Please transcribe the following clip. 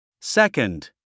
Second